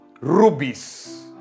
rubies